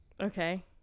Okay